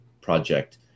project